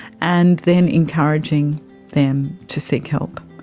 and then encouraging them to seek help,